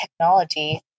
technology